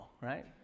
right